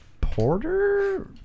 porter